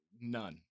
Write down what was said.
None